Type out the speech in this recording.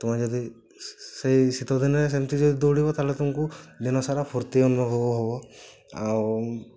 ତୁମେ ଯଦି ସେଇ ଶୀତ ଦିନରେ ସେମତି ଯଦି ଦୌଡ଼ିବ ତାହାହେଲେ ତୁମକୁ ଦିନସାରା ଫୁର୍ତ୍ତି ଅନୁଭବ ହେବ ଆଉ